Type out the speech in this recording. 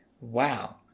Wow